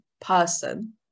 person